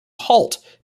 halt